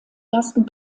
ersten